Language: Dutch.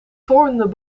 toornden